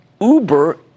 Uber